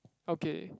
okay